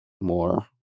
more